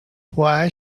why